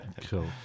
cool